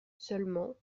seulement